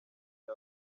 bya